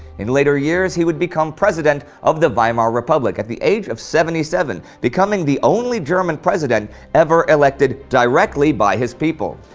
in later years he would become president of the weimar republic at the age of seventy seven, becoming the only german president ever elected directly by his people.